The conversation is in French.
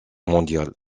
mondiale